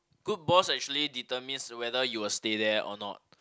good boss actually determines whether you will stay there or not